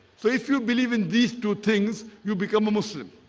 so if you believe in these two things you become a muslim